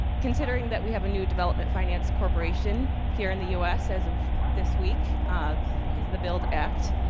considering that we have a new development finance corporation here in the u s. as of this week because of the build act,